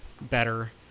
better